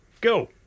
Go